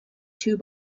two